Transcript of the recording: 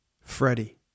Freddie